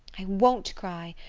i won't cry.